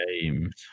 Games